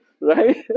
Right